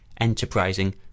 enterprising